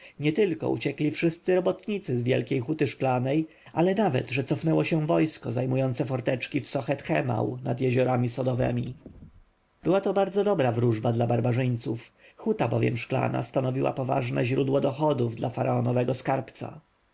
nietylko uciekli wszyscy robotnicy z wielkiej huty szklanej ale nawet że cofnęło się wojsko zajmujące forteczki w sochet-hemau nad jeziorami sodowemi była to bardzo dobra wróżba dla barbarzyńców huta bowiem szklana stanowiła poważne źródło dochodów dla faraonowego skarbca